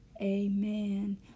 Amen